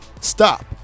stop